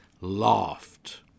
laughed